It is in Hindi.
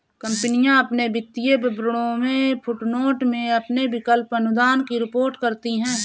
कंपनियां अपने वित्तीय विवरणों में फुटनोट में अपने विकल्प अनुदान की रिपोर्ट करती हैं